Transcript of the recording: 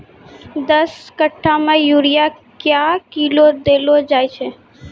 दस कट्ठा मे यूरिया क्या किलो देलो जाय?